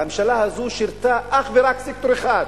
הממשלה הזאת שירתה אך ורק סקטור אחד,